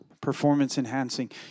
performance-enhancing